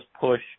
push